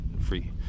free